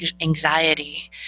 anxiety